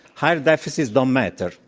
higher deficits don't matter.